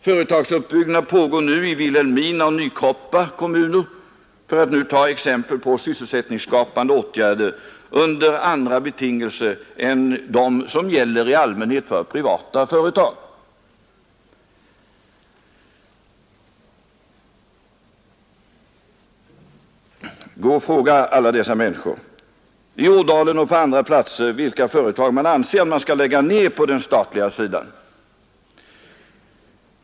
Företagsuppbyggnad pågår nu i Vilhelmina och Nykroppa kommuner, för att ta exempel på sysselsättningsskapande åtgärder under andra betingelser än de som gäller i allmänhet för privata företag. Gå och fråga alla dessa människor i Ådalen och på andra platser, vilka företag man anser skall läggas ner på den statliga sidan!